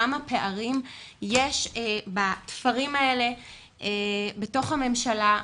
כמה פערים יש בתפרים האלה בתוך הממשלה,